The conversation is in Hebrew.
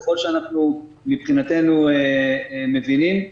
ככל שאנחנו מבחינתנו מבינים,